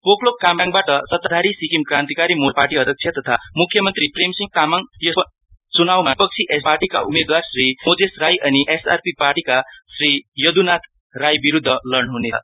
पोकलोक कामराङबाट सत्ताधारी सिक्किम क्रान्तिकारी पार्टी अध्यक्ष तथा मुख्यमन्त्री श्री प्रेम सिंह तामाङ यस उपच्नाउमा विपक्षी एसडीएफ पार्टीका उम्मेदवार श्री मोजेस राई अनि एसआरपी पार्टीका श्री यद्नाथ राई विरूद्व लड्नुहनेछ